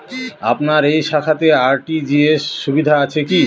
আপনার এই শাখাতে আর.টি.জি.এস সুবিধা আছে কি?